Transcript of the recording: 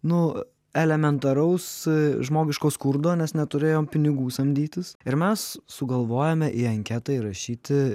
nu elementaraus žmogiško skurdo nes neturėjom pinigų samdytis ir mes sugalvojome į anketą įrašyti